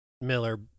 Miller